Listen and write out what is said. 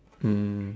mm